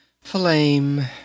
Flame